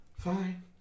Fine